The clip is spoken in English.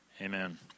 amen